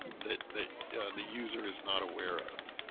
that the yeah the user is not aware of